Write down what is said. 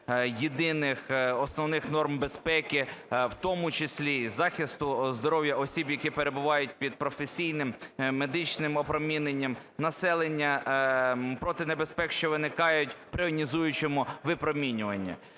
єдиних основних норм безпеки, в тому числі захисту здоров'я осіб, які перебувають під професійним медичним опроміненням, населення проти небезпек, що виникають при іонізуючому випромінюванні.